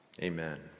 amen